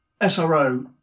SRO